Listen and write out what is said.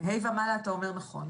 כיתות ה' ומעלה אתה אומר נכון.